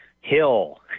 Hill